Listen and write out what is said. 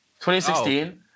2016